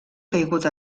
caigut